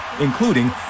including